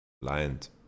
Blind